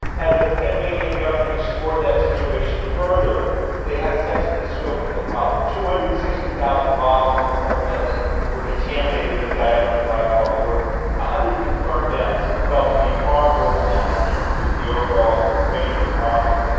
as the panamanian government explored that situation further they had a sense of the scope of the problem two hundred and sixty thousand bottles of cold medicine were contaminated with diethylene glycol. there were one ah hundred confirmed deaths and felt to be far more than that in terms of the overall range of the problem.